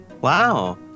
Wow